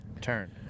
turn